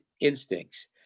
instincts